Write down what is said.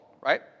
right